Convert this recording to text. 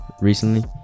recently